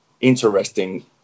interesting